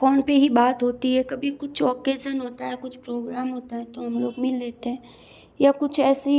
phone पे ही बात होती है कभी कुछ ओकेज़न होता है कुछ प्रोग्राम होता है तो हम लोग मिल लेते या कुछ ऐसी